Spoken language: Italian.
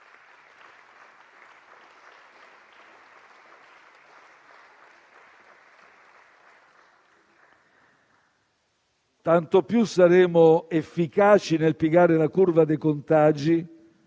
Quanto più saremo efficaci nel piegare la curva dei contagi,